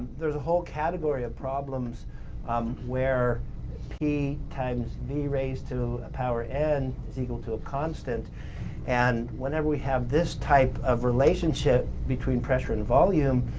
there's a whole category of problems um where p times v raised to a power n is equal to a constant and whenever we have this type of relationship between pressure and volume,